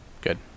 good